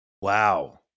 Wow